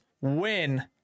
win